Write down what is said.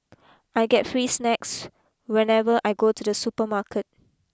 I get free snacks whenever I go to the supermarket